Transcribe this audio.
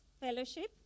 Fellowship